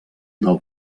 del